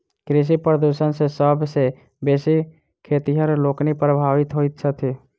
कृषि प्रदूषण सॅ सभ सॅ बेसी खेतिहर लोकनि प्रभावित होइत छथि